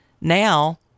now